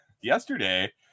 yesterday